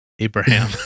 Abraham